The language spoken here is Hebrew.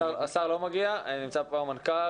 השר לא מגיע, נמצא פה המנכ"ל.